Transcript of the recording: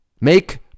Make